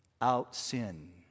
out-sin